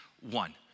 one